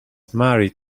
married